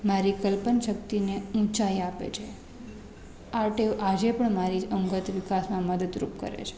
મારી કલ્પન શક્તિને ઊંચાઈ આપે છે આ ટેવ આજે પણ મારી જ અંગત વિકાસમાં મદદરૂપ કરે છે